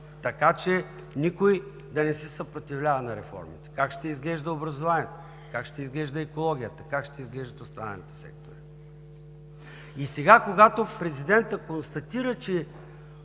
така че никой да не се съпротивлява на реформите? Как ще изглежда образованието? Как ще изглежда екологията? Как ще изглеждат останалите сектори? И сега, когато президентът констатира, че